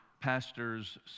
Pastors